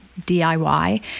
DIY